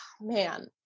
man